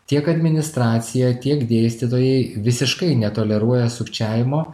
tiek administracija tiek dėstytojai visiškai netoleruoja sukčiavimo